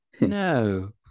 no